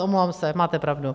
Omlouvám se, máte pravdu.